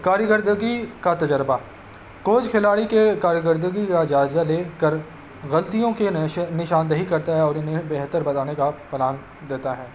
کارکردگی کا تجربہ کوچ کھلاڑی کے کارکردگی کا جائزہ لے کر غلطیوں کے نشاندہی کرتا ہے اور ان بہتر بنانے کا پلان دیتا ہے